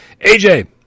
AJ